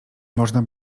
można